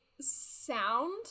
sound